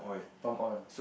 palm oil